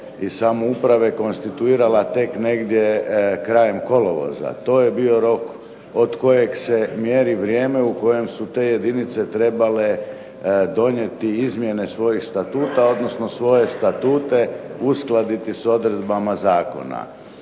i samouprave konstituirala tek negdje krajem kolovoza, to je bio rok od kojeg se mjeri vrijeme u kojem su te jedinice trebale donijeti izmijene svojih statuta, odnosno svoje statute uskladiti s odredbama zakona.